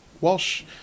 Walsh